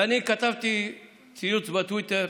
ואני כתבתי ציוץ בטוויטר